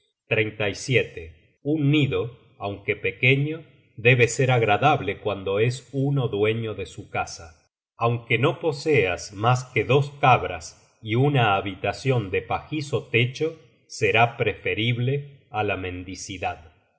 los bancos ajenos un nido aunque pequeño debe ser agradable cuando es uno dueño de su casa aunque no poseas mas que dos cabras y una habitacion de pajizo techo será preferible á la mendicidad